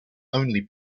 only